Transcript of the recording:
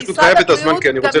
משרד הבריאות גם יודע --- בסדר.